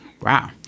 wow